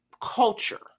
culture